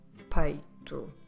peito